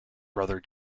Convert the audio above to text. brother